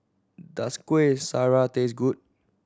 does Kuih Syara taste good